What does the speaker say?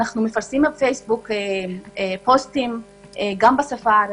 אנחנו מפרסמים בפייסבוק פוסטים גם בשפה הערבית,